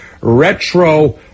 retro